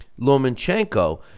Lomachenko